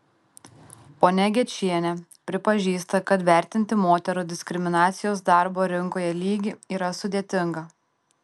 ponia gečienė pripažįsta kad vertinti moterų diskriminacijos darbo rinkoje lygį yra sudėtinga